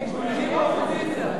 באופוזיציה,